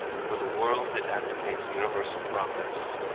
for the world it advocates universal progress.